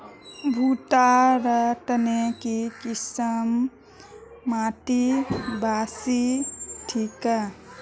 भुट्टा र तने की किसम माटी बासी ठिक?